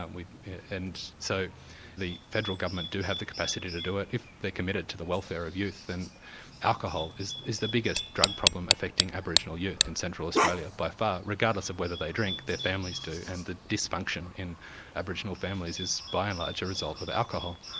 um and so the federal government do have the capacity to do it if they're committed to the welfare of youth. and alcohol is is the biggest drug problem affecting aboriginal youth in central australia by far, regardless of whether they drink, their families do and the dysfunction in aboriginal families is by and large a result of alcohol.